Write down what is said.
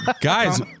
Guys